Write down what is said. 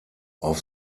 auf